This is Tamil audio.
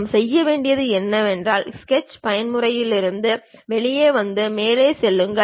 நாம் செய்ய வேண்டியது என்னவென்றால் ஸ்கெட்ச் பயன்முறையிலிருந்து வெளியே வந்து மேலே செல்லுங்கள்